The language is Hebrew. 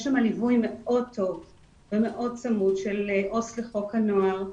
יש שם ליווי מאוד טוב ומאוד צמוד של עו"ס לחוק הנוער,